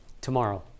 tomorrow